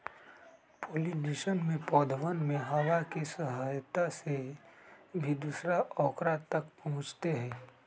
pollination में पौधवन में हवा के सहायता से भी दूसरा औकरा तक पहुंचते हई